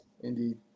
indeed